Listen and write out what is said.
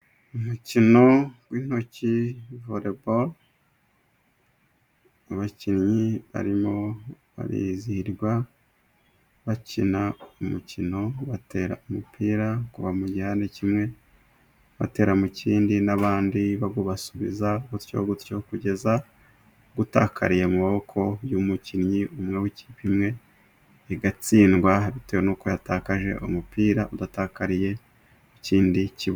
Umukino w'intoki volebolo, abakinnyi barimo barizihirwa, bakina umukino batera umupira, kuva mu gihande kimwe batera mu kindi n'abandi bawubasubiza gutyo gutyo kugeza utakariye mu maboko y'umukinnyi umwe w'ikipe imwe, igatsindwa bitewe n'uko yatakaje umupira udatakariye mu kindi kibuga.